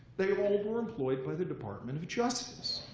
they all were employed by the department of justice.